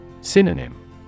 Synonym